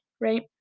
right